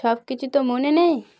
সব কিছু তো মনে নেই